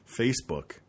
Facebook